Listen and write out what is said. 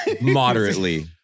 moderately